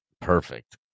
perfect